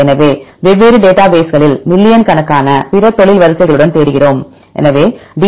எனவே வெவ்வேறு டேட்டாபேஸ் களில் மில்லியன் கணக்கான பிற தொழில் வரிசைகளுடன் தேடுகிறோம் எனவே டி